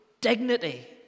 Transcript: dignity